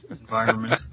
environment